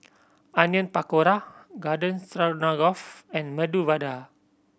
Onion Pakora Garden Stroganoff and Medu Vada